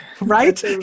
Right